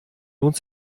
lohnt